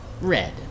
Red